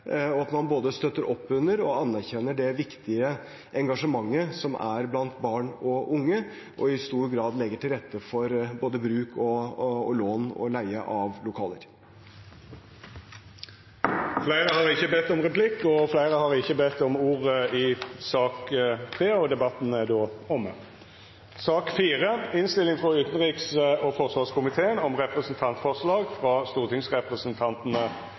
og at man både støtter opp under og anerkjenner det viktige engasjementet som er blant barn og unge, og i stor grad legger til rette for både bruk, lån og leie av lokaler. Replikkordskiftet er dermed omme. Fleire har heller ikkje bedt om ordet til sak nr. 3. Etter ønske frå utanriks- og forsvarskomiteen vil presidenten føreslå at taletida vert avgrensa til 5 minutt til kvar partigruppe og